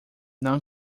non